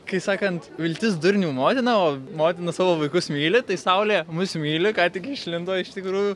kai sakant viltis durnių motina o motina savo vaikus myli tai saulė mus myli ką tik išlindo iš tikrųjų